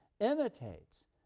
imitates